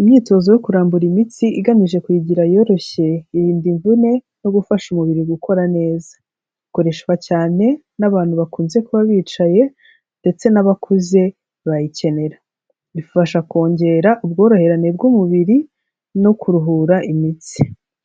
Imyitozo yo kurambura imitsi igamije kuyigira iyoroshye, biyirinda imvune no gufasha umubiri gukora neza. Ikoreshwa cyane n'abantu bakunze kuba bicaye, ndetse n'abakuze barayikenera. Bifasha kongera ubworoherane bw'umubiri no kuruhura imitsi.